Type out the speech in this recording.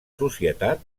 societat